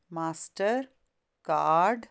mastercard